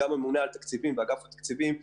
גם הממונה על התקציב יותר מדיניות.